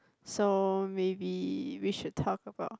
so maybe we should talk about